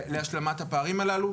להשלמת הפערים הללו.